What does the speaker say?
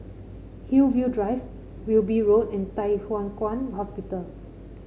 Hillview Drive Wilby Road and Thye Hua Kwan Hospital